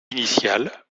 initial